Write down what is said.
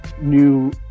new